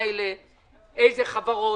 אלו חברות,